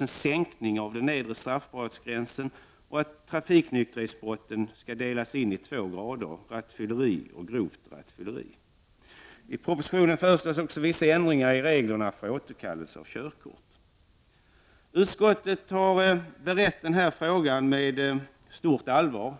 en sänkning av den nedre straffbarhetsgränsen och en indelning av trafiknykterhetsbrotten i två grader, rattfylleri och grovt rattfylleri, föreslås. I propositionen föreslås också vissa ändringar i reglerna för återkallelse av körkort. Utskottet har berett denna fråga med stort allvar.